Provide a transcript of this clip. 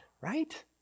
right